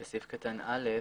בסעיף קטן (א),